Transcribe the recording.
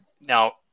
Now